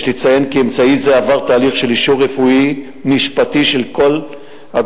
יש לציין כי אמצעי זה עבר תהליך של אישור רפואי-משפטי של כל הגורמים,